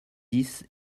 dix